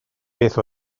beth